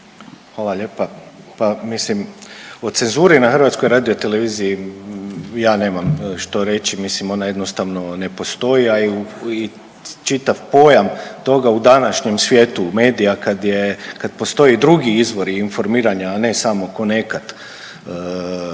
Hvala lijepa. O cenzuri na HRT-u ja nemam što reći, mislim ona jednostavno ne postoji, a i čitav pojam toga u današnjem svijetu medija kad je, kad postoje drugi izvori informiranja, a ne samo ko nekad